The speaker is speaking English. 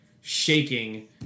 shaking